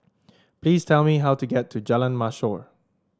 please tell me how to get to Jalan Mashhor